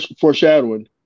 foreshadowing